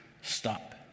stop